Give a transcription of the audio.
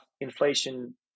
inflation